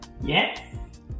Yes